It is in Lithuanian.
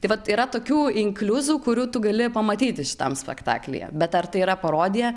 taip vat yra tokių inkliuzų kurių tu gali pamatyti šitam spektaklyje bet ar tai yra parodija